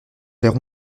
vers